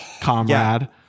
comrade